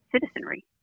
citizenry